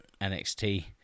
nxt